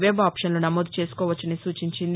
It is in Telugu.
వెబ్ ఆప్పన్లు నమోదు చేసుకోవచ్చని సూచించింది